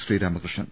Sreeramakrishnan